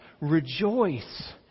rejoice